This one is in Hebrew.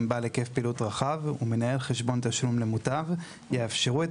בעל היקף פעילות רחב ומנהל חשבון תשלום למוטב יאפשרו את